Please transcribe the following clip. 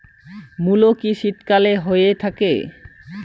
মূলো কি শীতকালে হয়ে থাকে?